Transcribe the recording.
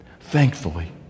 Thankfully